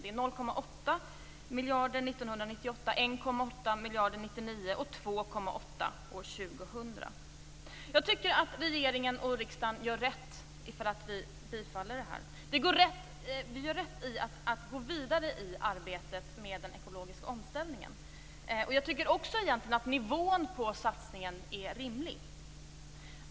Det är 0,8 miljarder 1998, 1,8 miljarder 1999 och 2,8 Jag tycker att regeringen och riksdagen gör rätt vid ett bifall. Vi gör rätt i att gå vidare i arbetet med den ekologiska omställningen. Nivån på satsningen är rimlig.